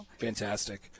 fantastic